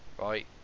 Right